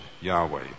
Yahweh